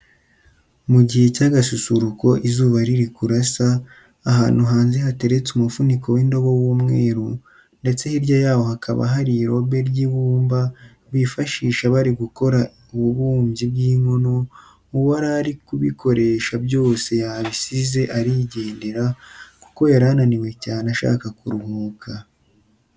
Ni mu gihe cy'agasusuruko izuba riri kurasa, ahantu hanze hateretse umufuniko w'indobo w'umweru ndetse hirya yawo hakaba hari irobe ry'ibumba bifashisha bari gukora ububumbi bw'inkono, uwari ari kubikoreshwa byose yabisize arigendera kuko yari ananiwe cyane ashaka kuruhuka.